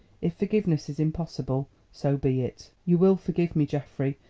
if forgiveness is impossible, so be it! you will forgive me, geoffrey,